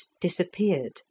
disappeared